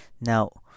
Now